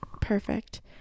perfect